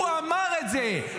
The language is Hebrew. הוא אמר את זה.